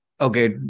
Okay